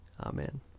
Amen